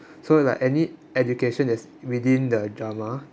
so like any education is within the drama